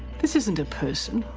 this isn't a person.